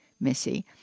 Missy